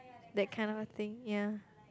that kind of thing ya